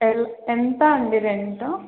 L ఎంత అండి rent